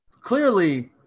clearly